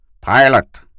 Pilot